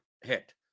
hit